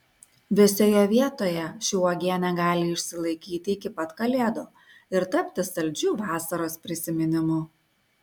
vėsioje vietoje ši uogienė gali išsilaikyti iki pat kalėdų ir tapti saldžiu vasaros prisiminimu